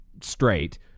straight